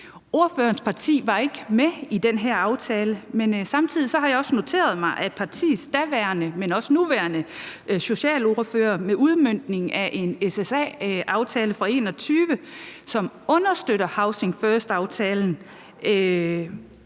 Ordførerens parti var ikke med i den her aftale, men samtidig har jeg også noteret mig, at partiets daværende og nuværende socialordfører med udmøntningen af en SSA-aftale fra 2021, som understøtter housing first-aftalen,